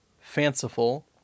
fanciful